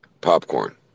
popcorn